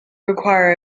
require